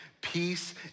Peace